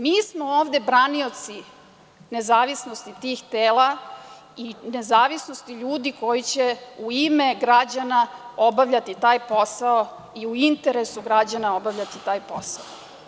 Mi smo ovde branioci nezavisnosti tih tela i nezavisnosti ljudi koji će u ime građana obavljati taj posao i u interesu građana obavljati taj posao.